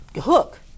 hook